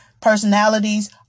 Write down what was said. personalities